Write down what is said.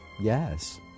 Yes